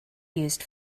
used